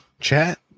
chat